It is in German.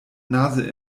nase